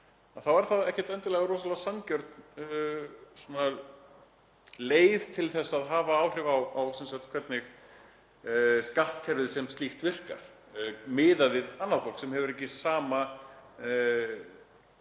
þá er það ekkert endilega rosalega sanngjörn leið til að hafa áhrif á hvernig skattkerfið sem slíkt virkar miðað við annað fólk sem hefur ekki sama